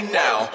now